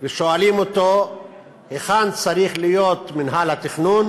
ושואלים אותו היכן צריך להיות מינהל התכנון,